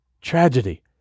tragedy